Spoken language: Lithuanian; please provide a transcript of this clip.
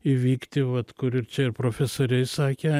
įvykti vat kur ir čia ir profesoriai sakė